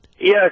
yes